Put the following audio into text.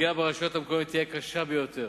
הפגיעה ברשויות המקומיות תהיה קשה ביותר.